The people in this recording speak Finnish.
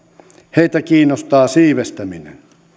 heitä kiinnostaa siivestäminen